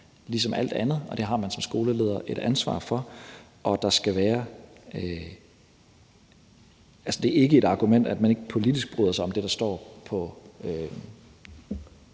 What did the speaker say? ligesom alt andet, og det har man som skoleleder et ansvar for. Det er ikke et argument, at man ikke politisk bryder sig om det, der står i